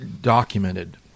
documented